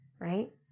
right